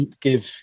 give